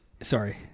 sorry